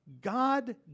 God